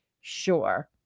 sure